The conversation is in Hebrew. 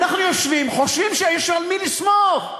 אנחנו יושבים, חושבים שיש על מי לסמוך.